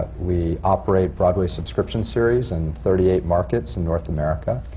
we operate broadway subscription series in thirty-eight markets in north america.